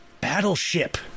Battleship